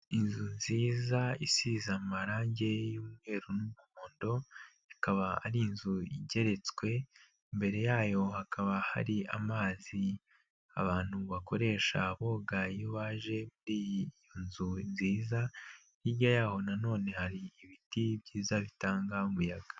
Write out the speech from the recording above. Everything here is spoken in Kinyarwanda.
Inzu nziza isize amarangi y'umweru n'umuhondo, ikaba ari inzu igeretswe, imbere yayo hakaba hari amazi abantu bakoresha boga iyo baje muri iyo nzu nziza, hirya yaho na none hari ibiti byiza bitanga umuyaga.